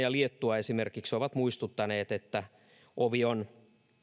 ja liettua esimerkiksi ovat muistuttaneet että ovi on